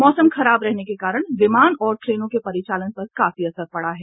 मौसम खराब रहने के कारण विमान और ट्रेनों के परिचालन पर काफी असर पड़ा है